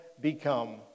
become